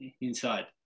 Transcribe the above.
inside